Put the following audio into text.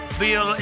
feel